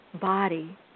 body